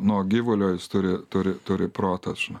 nuo gyvulio jis turi turi turi protą žinai